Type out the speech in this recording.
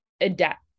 adapt